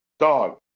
dog